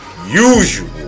Usual